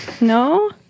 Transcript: No